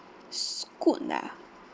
Scoot ah